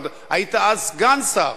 היית אז סגן שר.